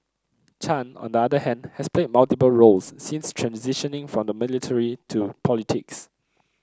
Chan on the other hand has played multiple roles since transitioning from the military into politics